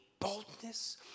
boldness